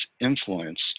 influence